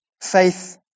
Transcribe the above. faith